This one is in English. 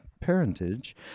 parentage